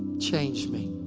change me.